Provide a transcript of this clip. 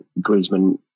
Griezmann